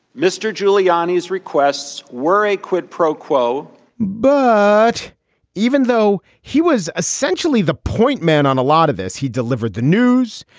mr. giuliani's requests were a quid pro quo but even though he was essentially the point man on a lot of this, he delivered the news.